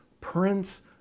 prince